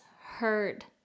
heard